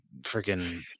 freaking